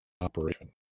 operation